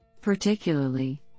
Particularly